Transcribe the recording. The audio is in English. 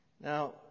Now